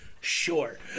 Sure